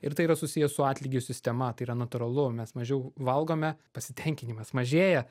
ir tai yra susiję su atlygio sistema tai yra natūralu mes mažiau valgome pasitenkinimas mažėja